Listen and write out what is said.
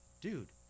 dude